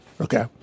okay